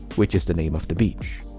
which is the name of the beach.